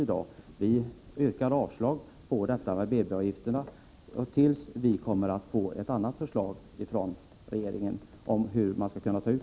Vi yrkar avslag på förslaget om BB-avgifter och står kvar vid vårt ställningstagande tills regeringen kommer med ett annat förslag om hur avgifter skall kunna tas ut.